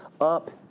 up